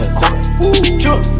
court